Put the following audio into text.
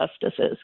justices